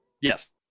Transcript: Yes